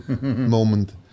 moment